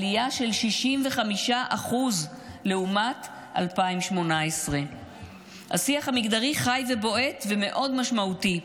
עלייה של 65% לעומת 2018. השיח המגדרי חי ובועט ומאוד משמעותי.